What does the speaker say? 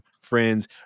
friends